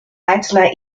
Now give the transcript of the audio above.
einzelner